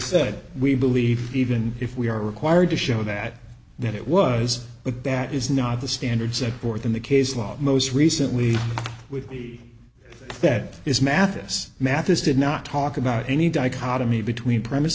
said we believe even if we are required to show that that it was but that is not the standard set forth in the case law most recently would be that is mathis mathis did not talk about any dichotomy between premise